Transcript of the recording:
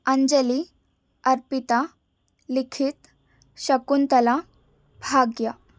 Anjali Arpita Likhith Shakuntala Bhagya